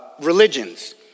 religions